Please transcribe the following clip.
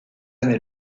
année